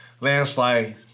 landslide